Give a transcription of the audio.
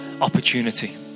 opportunity